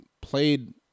played